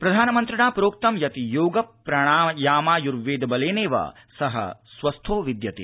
प्रधानमन्त्रिणा प्रोक्तं यत् योग प्राणायामायुर्वेद बलेनैव स स्वस्थो विद्यते